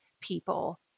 people